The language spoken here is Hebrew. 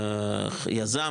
מול היזם,